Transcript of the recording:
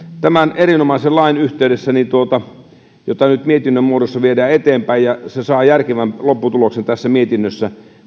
tämän erinomaisen lain yhteydessä jota nyt mietinnön muodossa viedään eteenpäin ja joka saa järkevän lopputuloksen tässä mietinnössä